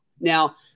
Now